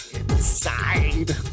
inside